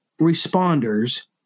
responders